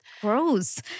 gross